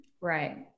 Right